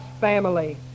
family